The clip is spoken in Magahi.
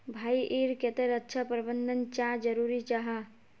भाई ईर केते रक्षा प्रबंधन चाँ जरूरी जाहा?